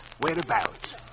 whereabouts